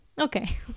Okay